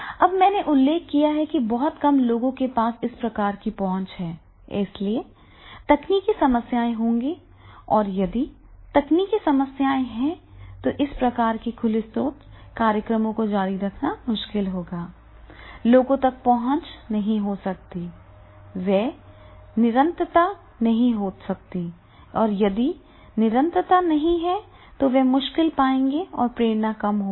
अब मैंने उल्लेख किया है कि बहुत कम लोगों के पास इस प्रकार की पहुंच है इसलिए तकनीकी समस्याएं होंगी और यदि तकनीकी समस्याएं हैं तो इस प्रकार के खुले स्रोत कार्यक्रमों को जारी रखना मुश्किल होगा लोगों तक पहुंच नहीं हो सकती है वे निरंतरता नहीं हो सकती है और यदि निरंतरता नहीं है तो वे मुश्किल पाएंगे और प्रेरणा कम होगी